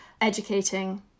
educating